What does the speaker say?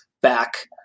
back